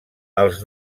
els